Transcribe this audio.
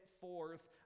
forth